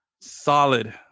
solid